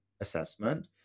assessment